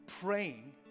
Praying